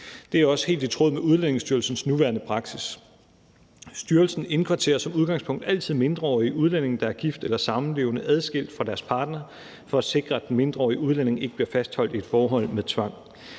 Det er også helt i tråd med Udlændingestyrelsens nuværende praksis. Styrelsen indkvarterer som udgangspunkt altid mindreårige udlændinge, der er gift eller samlevende, adskilt fra deres partner for at sikre, at den mindreårige udlænding ikke bliver fastholdt i et forhold med tvang.